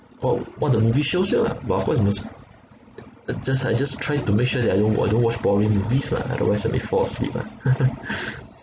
or what the movie shows you lah but of course you must just I just try to make sure that I don't I don't watch boring movies lah otherwise I may fall asleep lah